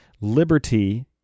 liberty